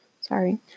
Sorry